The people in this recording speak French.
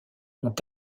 ont